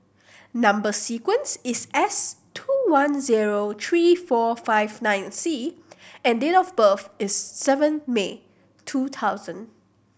number sequence is S two one zero three four five nine C and date of birth is seven May two thousand